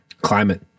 climate